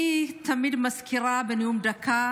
אני תמיד מזכירה בנאום דקה